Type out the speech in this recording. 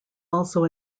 also